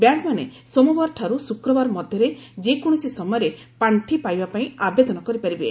ବ୍ୟାଙ୍କମାନେ ସୋମବାରଠାରୁ ଶୁକ୍ରବାର ମଧ୍ୟରେ ଯେକୌଣସି ସମୟରେ ପାଣ୍ଠି ପାଇବା ପାଇଁ ଆବେଦନ କରିପାରିବେ